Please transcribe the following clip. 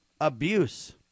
abuse